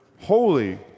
holy